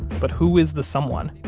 but who is the someone?